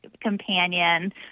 companion